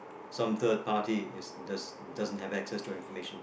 some third party is the doesn't have excess to the information